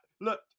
look